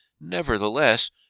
Nevertheless